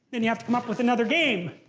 and you have to come up with another game.